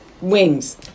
wings